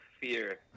fear